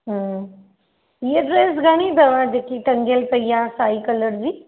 हा हीअं ड्रेस घणी तव्हां जेकी टंगियल पई आहे साही कलर जी